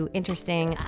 interesting